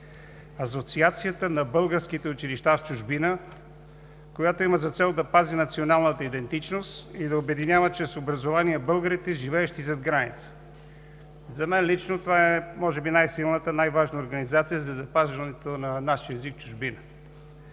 Асоциацията на българските училища в чужбина, която има за цел да пази националната идентичност и да обединява чрез образование българите, живеещи зад граница. За мен лично това е може би най-силната, най-важна организация за запазването на нашия език в чужбина.